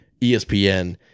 ESPN